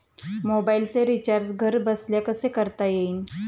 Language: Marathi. मोबाइलचे रिचार्ज घरबसल्या कसे करता येईल?